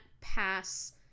pass